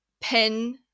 pin